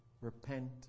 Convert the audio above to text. repent